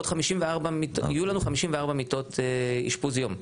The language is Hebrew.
יהיו לנו 54 מיטות אשפוז יום,